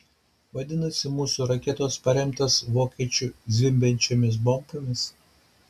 vadinasi mūsų raketos paremtos vokiečių zvimbiančiomis bombomis